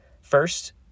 first